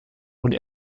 und